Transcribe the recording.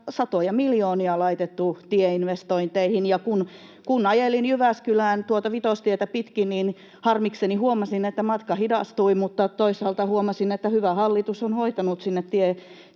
satoja miljoonia laitettu tieinvestointeihin, ja kun ajelin Jyväskylään Vitostietä pitkin, niin harmikseni huomasin, että matka hidastui, mutta toisaalta huomasin, että hyvä hallitus on hoitanut sinne